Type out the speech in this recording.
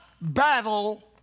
battle